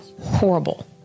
horrible